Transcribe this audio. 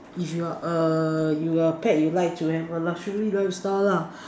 if you're a you're a pet you like to have a luxury lifestyle lah